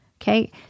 okay